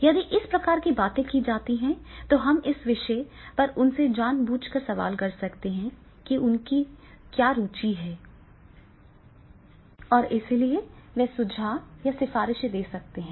यदि इस प्रकार की बातें की जाती हैं तो हम इस विषय पर उनसे जानबूझ कर सवाल कर सकते हैं जो उनकी रुचि रखते हैं और इसलिए वे सुझाव और सिफारिशें दे सकते हैं